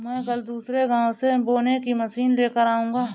मैं कल दूसरे गांव से बोने की मशीन लेकर आऊंगा